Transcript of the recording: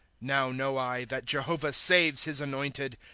now know i, that jehovah saves his anointed.